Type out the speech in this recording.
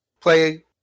play